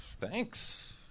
Thanks